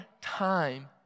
time